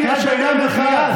קריאת ביניים זאת קריאה,